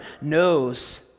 knows